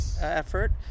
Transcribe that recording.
effort